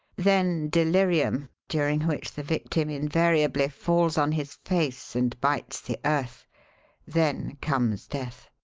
then delirium, during which the victim invariably falls on his face and bites the earth then comes death.